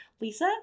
Lisa